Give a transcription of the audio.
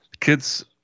kids